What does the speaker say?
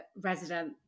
resident